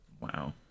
Wow